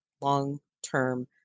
long-term